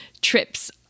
trips